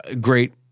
great